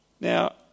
Now